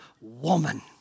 woman